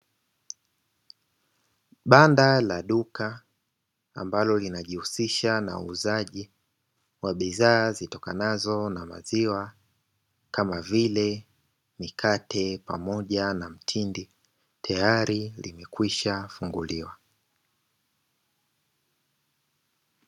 Banda la duka ambalo linajihusisha na uuzaji wa bidhaa zitokanazo na maziwa, kama vile mikate pamoja na mtindi; tayari limekwisha funguliwa.